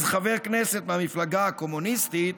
אז חבר כנסת מהמפלגה הקומוניסטית,